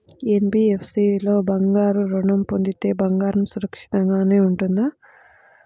NBFC లో బంగారు ఋణం పొందితే బంగారం సురక్షితంగానే ఉంటుందా?